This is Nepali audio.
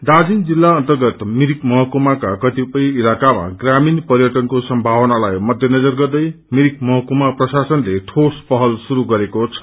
दार्जीलिङ जिल्ल अर्न्तगत मिरिक महकुमाका कतिपय इलकामा ग्रामीण पर्यअनको सम्भावनालाई मध्यनजर गर्दै र् मिरकमहकुमा प्रशासनले ठोस पहल शुरू गरेको छ